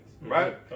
right